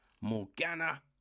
Morgana